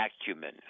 acumen